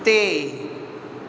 ਅਤੇ